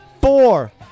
four